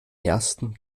ersten